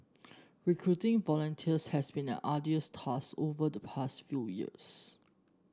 recruiting volunteers has been an arduous task over the past few years